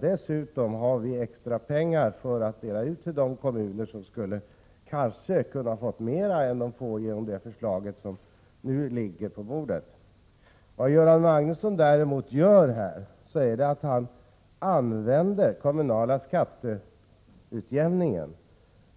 Dessutom har vi extra pengar att dela ut till de kommuner som kanske skulle ha fått mera än de får enligt det förslag som nu ligger på bordet. Vad Göran Magnusson gör här är att han använder den kommunala skatteutjämningen